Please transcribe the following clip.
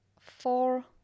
four